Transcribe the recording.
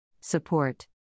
Support